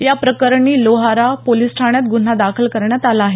या प्रकरणी लोहारा पोलीस ठाण्यात ग्रन्हा दाखल करण्यात आला आहे